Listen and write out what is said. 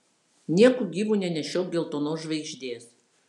nieku gyvu nenešiok geltonos žvaigždės